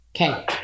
Okay